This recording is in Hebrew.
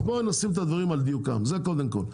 אז בואי נשים את הדברים על דיוקם, זה קודם כל.